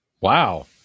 Wow